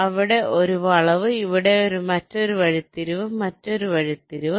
ഇവിടെ ഒരു വളവ് ഇവിടെ മറ്റൊരു വഴിത്തിരിവ് ഇവിടെ മറ്റൊരു വഴിത്തിരിവ്